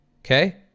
Okay